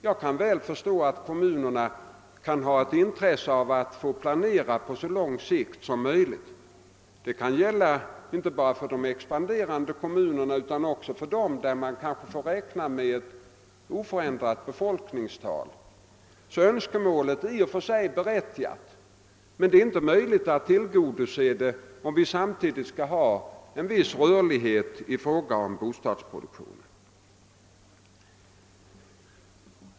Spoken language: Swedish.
Jag kan mycket väl förstå att kommunerna kan ha intresse av att få planera på så lång sikt som möjligt — detta kan gälla inte bara för de expanderande kommunerna, utan också för de kommuner där man kanske kan räkna med ett oförändrat eller vikande befolkningstal. Önskemålet i och för sig är berättigat, men det är inte möjligt att tillgodose det, om vi samtidigt skall ha en viss rörlighet i fråga om bostadsproduktionen.